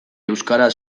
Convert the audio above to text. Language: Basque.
euskara